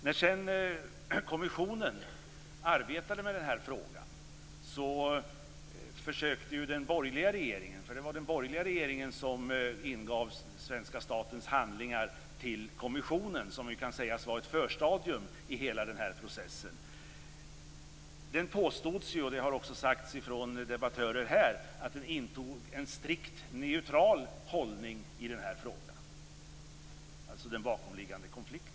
När sedan kommissionen arbetade med den här frågan försökte den borgerliga regeringen - det var den borgerliga regeringen som ingav svenska statens handlingar till kommissionen, vilket kan sägas vara ett förstadium till hela den här processen - påstå att den intog en strikt neutral hållning i den här frågan, dvs. den bakomliggande konflikten.